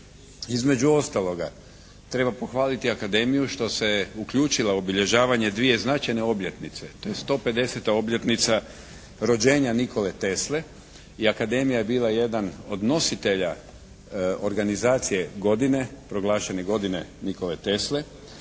Između ostaloga treba pohvaliti Akademiju što se je uključila u obilježavanje dvije značajne obljetnice. To je 150 obljetnica rođenja Nikole Tesle i Akademija je bila jedan od nositelja organizacije godine, proglašene godine Nikole Tesle